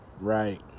Right